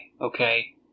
okay